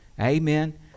Amen